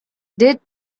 did